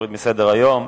להוריד מסדר-היום.